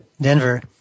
Denver